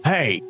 Hey